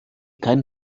kein